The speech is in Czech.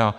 A